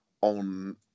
on